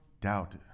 Doubt